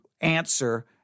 answer